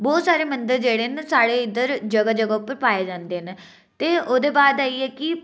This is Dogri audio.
बहोत सारे मंदिर जेह्ड़े न साढ़े इद्धर जगह् जगह् उप्पर पाये जन्दे न ते ओह्दे बाद आइया की